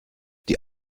die